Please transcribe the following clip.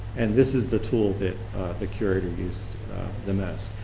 and this is the tool that the curator uses the most.